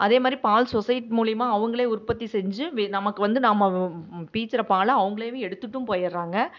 அதே மாதிரி பால் சொசைட்டி மூலிமா அவங்களே உற்பத்தி செஞ்சு வி நமக்கு வந்து நம்ம பீய்ச்சிர பாலை அவங்களாவே எடுத்துட்டும் போயிடுறாங்க